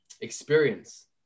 experience